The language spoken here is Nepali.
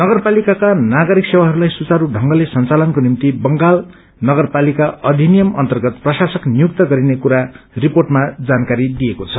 नगरपालिकाका नागरिक सेवाहरूलाई सुचारू ढंगले संचालनको निम्ति बंगाल नगरपालिका अधिनियम अन्तर्गत प्रशासक नियुक्त गरिने कुरा रिपोर्टमा जानकारी दिइएको छ